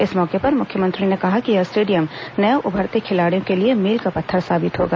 इस मौके पर मुख्यमंत्री ने कहा कि यह स्टेडियम नए उभरते खिलाड़ियों के लिए मील का पत्थर साबित होगा